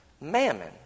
mammon